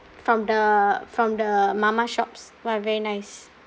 from the from the mamak shops !wah! very nice